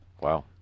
Wow